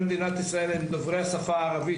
מדינת ישראל הם דוברי השפה הערבית,